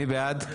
מי בעד?